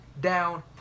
down